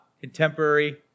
contemporary